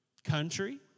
country